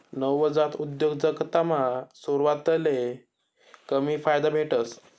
नवजात उद्योजकतामा सुरवातले कमी फायदा भेटस